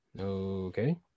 okay